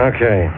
Okay